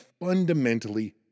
fundamentally